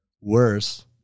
worse